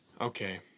Okay